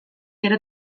gero